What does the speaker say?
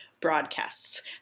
broadcasts